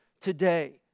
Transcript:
today